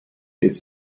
des